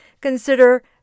consider